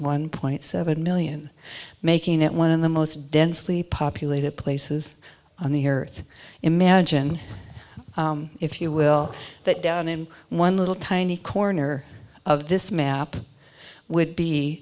one point seven million making it one of the most densely populated places on the earth imagine if you will that down in one little tiny corner of this map would be